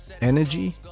energy